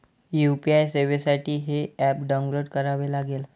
UPI सेवेसाठी हे app download करावे लागेल